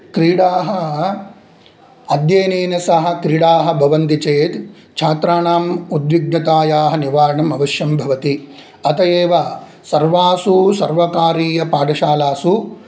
क्रीडाः अध्ययनेन सह क्रीडाः भवन्ति चेत् छात्राणाम् उद्विघ्नतायाः निवारणम् अवश्यं भवति अत एव सर्वासु सर्वकारीयपाठशालासु